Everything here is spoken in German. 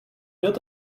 wird